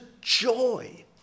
joy